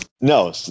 No